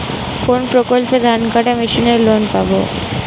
কোন প্রকল্পে ধানকাটা মেশিনের লোন পাব?